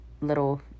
little